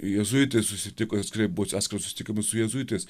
jėzuitai susitiko atskirai buvo atskiras susitikimas su jėzuitais